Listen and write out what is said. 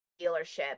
dealership